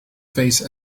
face